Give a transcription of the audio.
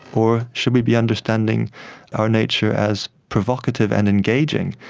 or should we be understanding our nature as provocative and engaging,